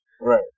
Right